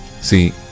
See